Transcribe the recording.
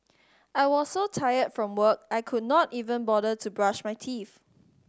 I was so tired from work I could not even bother to brush my teeth